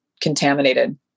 contaminated